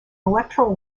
electoral